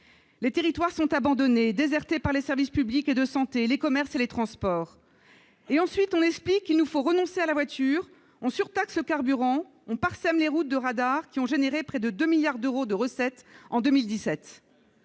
Les territoires sont abandonnés, désertés par les services publics et de santé, les commerces et les transports. Et ensuite, on explique qu'il nous faut renoncer à la voiture, on surtaxe le carburant, on parsème les routes de radars qui ont généré près de 2 milliards d'euros de recettes en 2017.